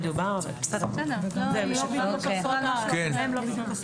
אני אקריא את הסעיף